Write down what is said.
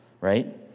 right